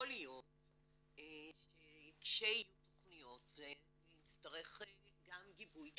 יכול להיות שכשיהיו תכניות נצטרך גם גיבוי ציבורי,